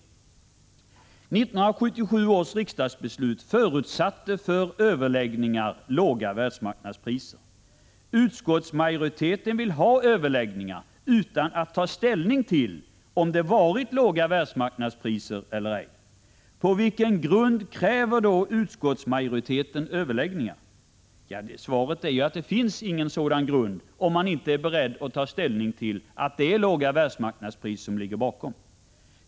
Enligt 1977 års riksdagsbeslut var låga världsmarknadspriser en förutsättning för att överläggningar skulle äga rum. Men utskottsmajoriteten vill ha överläggningar utan att man först tar ställning till om det varit låga världsmarknadspriser eller ej. På vilken grund kräver då utskottsmajoriteten överläggningar? Ja, svaret är att det inte finns någon grund för ett sådant krav, om man inte är beredd att ta ställning till om det är låga världsmarknadspriser som finns i bakgrunden.